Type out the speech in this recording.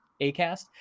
ACAST